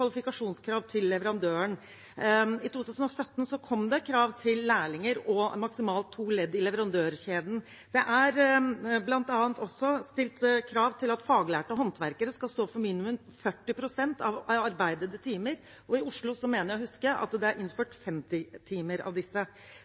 til leverandøren. I 2017 kom det krav om lærlinger og maksimalt to ledd i leverandørkjeden. Det er bl.a. også stilt krav om at faglærte håndverkere skal stå for minimum 40 pst. av arbeidede timer, og i Oslo mener jeg å huske at det er innført 50 pst. av disse.